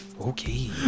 Okay